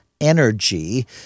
energy